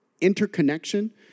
interconnection